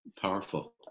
powerful